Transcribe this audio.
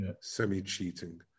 semi-cheating